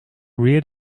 reared